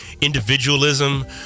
individualism